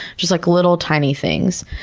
just like little tiny things.